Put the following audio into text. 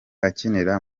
akinira